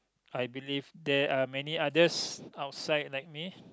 I believe there are many others outside like me